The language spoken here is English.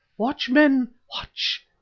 watch, men, watch!